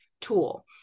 tool